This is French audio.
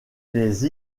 les